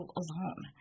alone